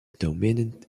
dominant